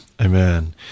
amen